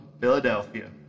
Philadelphia